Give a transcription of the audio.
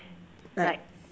like